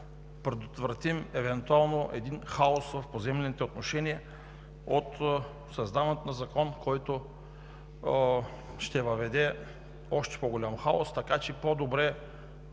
предотвратим евентуален хаос в поземлените отношения от създаването на закон, който ще въведе още по-голям хаос. Така че по-добре